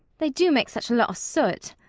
they do make such a lot of soot.